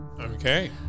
Okay